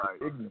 right